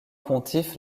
pontife